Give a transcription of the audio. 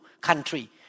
country